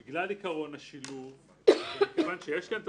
בגלל עיקרון השילוב וגם בגלל שיש כאן את